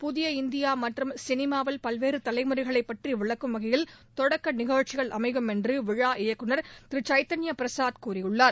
புதிய இந்தியா மற்றும் சினிமாவில் பல்வேறு தலைமுறைகளை பற்றி விளக்கும் வகையில் தொடக்க நிகழ்ச்சிகள் அமையும் என்று திரைப்பட விழா இயக்குநர் திரு சைதன்யா பிரசாத் கூறியுள்ளார்